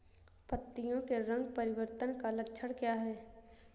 पत्तियों के रंग परिवर्तन का लक्षण क्या है?